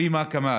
גב' רימא כמאל,